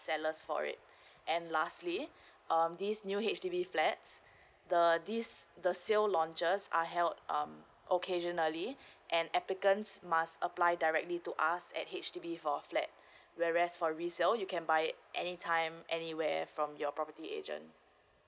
sellers for it and lastly um this new H_D_B flats the this the sale launchers are held um occasionally and applicants must apply directly to us at H_D_B for flat whereas for resale you can buy it anytime anywhere from your property agent